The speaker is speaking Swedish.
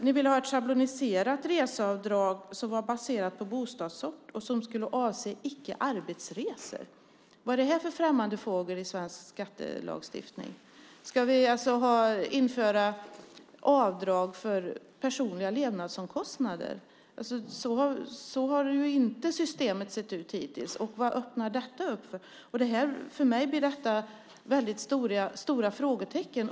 Ni vill ha ett schabloniserat reseavdrag som är baserat på bostadsort och som avser icke-arbetsresor. Vad är det här för främmande fågel i svensk skattelagstiftning? Ska vi införa avdrag för personliga levnadsomkostnader? Så har inte systemet sett ut hittills. Vad öppnar detta för? För mig blir detta väldigt stora frågetecken.